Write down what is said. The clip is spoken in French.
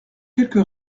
quelque